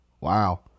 Wow